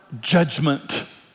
judgment